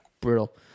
Brutal